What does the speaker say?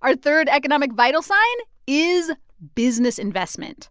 our third economic vital sign is business investment.